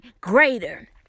greater